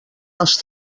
els